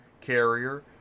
carrier